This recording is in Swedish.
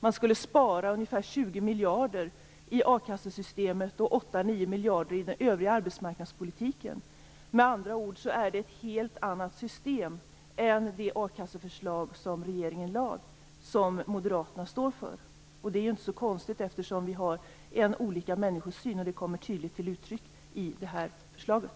Man skulle spara ungefär 20 miljarder i akassesystemet och 8-9 miljarder i den övriga arbetsmarknadspolitiken. Med andra ord står Moderaterna för ett helt annat system än det a-kasseförslag som regeringen lade fram. Det är inte så konstigt, eftersom vi har olika människosyn. Det kommer tydligt till uttryck i det här förslaget.